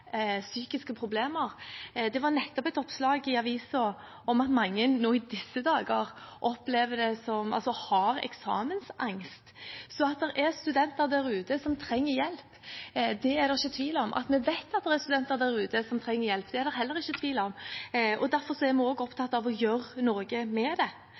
psykiske problemer. Det var nettopp et oppslag i avisen om at mange nå i disse dager har eksamensangst, så at det er studenter der ute som trenger hjelp, er det ikke tvil om. Vi vet at det er studenter der ute som trenger hjelp – det er det heller ikke tvil om. Derfor er vi også opptatt av å gjøre noe med det. Da er det klart at studiestøtte har vært en viktig del av det,